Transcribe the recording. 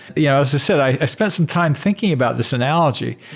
yeah as i said, i spent some time thinking about this analogy.